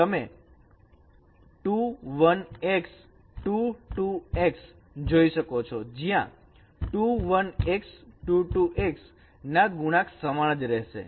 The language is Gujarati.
તમે 2 1 x 2 2 x જોઈ શકો છો જ્યાં 2 1 x 2 2 x ના ગુણાંક સમાન જ રહેશે